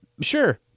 Sure